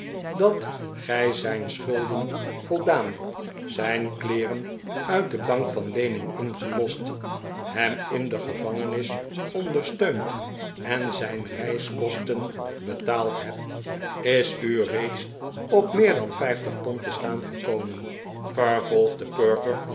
dat gij zijn schulden voldaan zijn kleeren uit de bank van leening ingelost hem in de gevangenis ondersteund en zijn reiskosten betaald hebt is u reeds op meer dan vijftig pond te staan gekomen